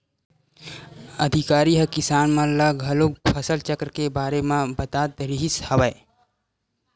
अधिकारी ह किसान मन ल घलोक फसल चक्र के बारे म बतात रिहिस हवय